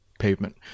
pavement